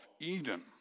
Eden